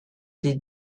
des